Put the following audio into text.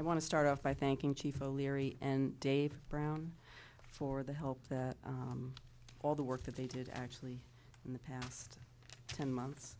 i want to start off by thanking chief o'leary and dave brown for the help that all the work that they did actually in the past ten months